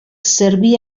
serví